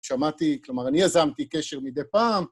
שמעתי, כלומר אני יזמתי קשר מדי פעם.